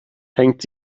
hängt